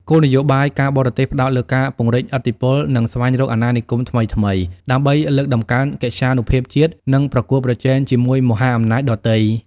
គោលនយោបាយការបរទេសផ្តោតលើការពង្រីកឥទ្ធិពល និងស្វែងរកអាណានិគមថ្មីៗ ដើម្បីលើកតម្កើងកិត្យានុភាពជាតិ និងប្រកួតប្រជែងជាមួយមហាអំណាចដទៃ។